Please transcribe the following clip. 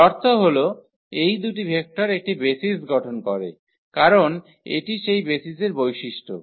এর অর্থ হল এই দুটি ভেক্টর একটি বেসিস গঠন করে কারণ এটি সেই বেসিসের বৈশিষ্ট্য